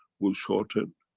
will shorten.